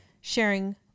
sharing